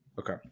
Okay